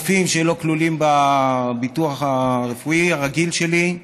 אני צריך רופאים שלא כלולים בביטוח הרפואי הרגיל שלי,